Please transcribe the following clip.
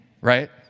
right